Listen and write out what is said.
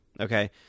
Okay